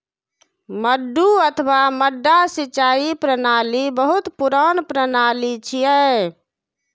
मड्डू अथवा मड्डा सिंचाइ प्रणाली बहुत पुरान प्रणाली छियै